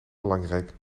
belangrijk